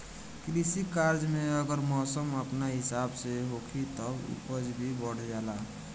कृषि कार्य में अगर मौसम अपना हिसाब से होखी तब उपज भी बढ़ जाला